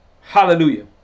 Hallelujah